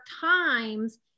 times